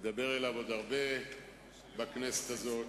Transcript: נדבר אליו עוד הרבה בכנסת הזאת.